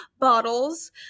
bottles